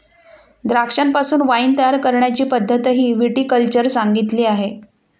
द्राक्षांपासून वाइन तयार करण्याची पद्धतही विटी कल्चर सांगितली आहे